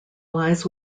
lies